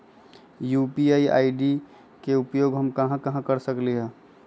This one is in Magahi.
यू.पी.आई आई.डी के उपयोग हम कहां कहां कर सकली ह?